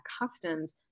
accustomed